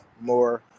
more